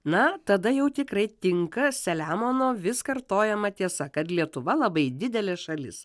na tada jau tikrai tinka saliamono vis kartojama tiesa kad lietuva labai didelė šalis